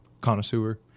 connoisseur